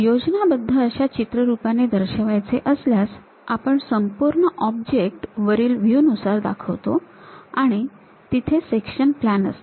योजनाबद्ध अशा चित्ररूपाने दर्शवायचे असल्यास आपण संपूर्ण ऑब्जेक्ट वरील व्ह्यू नुसार दाखवतो आणि तिथे सेक्शन प्लॅन असते